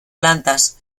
plantas